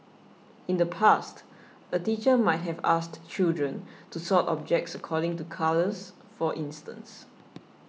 in the past a teacher might have asked children to sort objects according to colours for instance